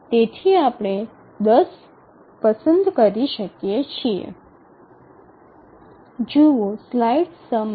તેથી આપણે ૧0 પસંદ કરી શકીએ છીએ